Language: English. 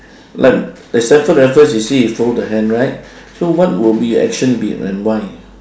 like like standford raffles you see he fold the hand right so what will be your action be and why